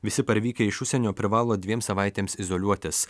visi parvykę iš užsienio privalo dviem savaitėms izoliuotis